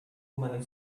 many